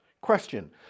Question